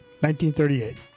1938